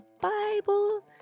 Bible